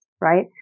right